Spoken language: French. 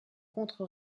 contre